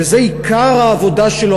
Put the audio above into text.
שזה עיקר העבודה שלו,